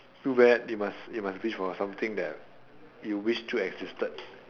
too bad you must you must wish for something that you wish still existed